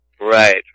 Right